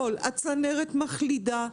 הצנרת מחלידה.